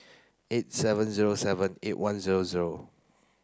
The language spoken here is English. eight seven zero seven eight one zero zero